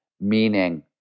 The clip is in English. Meaning